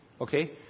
Okay